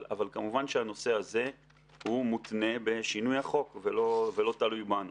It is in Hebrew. אבל כמובן שהנושא הזה מותנה בשינוי החוק ולא תלוי בנו.